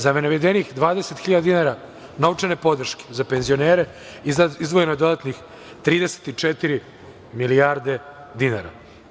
Za navedenih 20.000 dinara novčane podrške za penzionere izdvojeno je dodatnih 34 milijarde dinara.